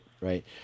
Right